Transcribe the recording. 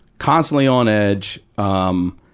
constantly on edge, um,